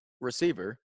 receiver